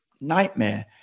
nightmare